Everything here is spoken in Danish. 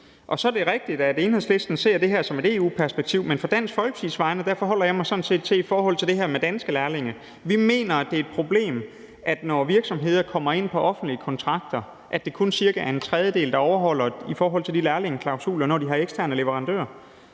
Så er det rigtigt, at Enhedslisten ser det her som et EU-perspektiv, men på Dansk Folkepartis vegne forholder jeg mig til det her med danske lærlinge. Vi mener, det er et problem, at når virksomheder kommer ind på offentlige kontrakter, er det kun cirka en tredjedel, der overholder lærlingeklausulerne, når de har eksterne leverandører.